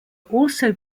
also